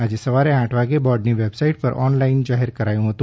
આજે સવારે આઠ વાગે બોર્ડની વેબસાઇટ પર ઓનલાઈન જાહેર કરાયું છે